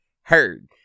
heard